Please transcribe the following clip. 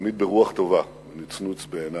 ותמיד ברוח טובה, עם נצנוץ בעיניו.